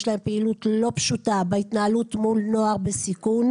יש להם פעילות לא פשוטה בהתנהלות מול נוער בסיכון.